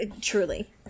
Truly